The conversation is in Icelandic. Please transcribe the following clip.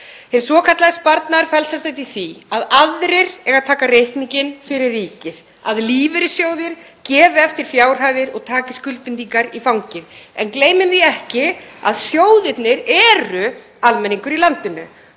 Hinn svokallaði sparnaður felst sem sagt í því að aðrir eigi að taka reikninginn fyrir ríkið, að lífeyrissjóðir gefi eftir fjárhæðir og taki skuldbindingar í fangið. En gleymum því ekki að sjóðirnir eru almenningur í landinu.